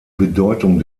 bedeutung